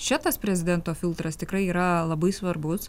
čia tas prezidento filtras tikrai yra labai svarbus